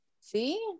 See